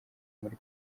muri